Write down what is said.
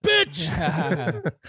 bitch